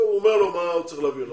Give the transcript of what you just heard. אומרים לו מה הוא צריך להביא.